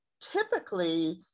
typically